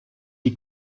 die